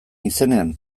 izenean